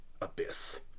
abyss